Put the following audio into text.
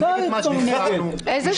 מתי --- איזה שטויות.